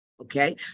okay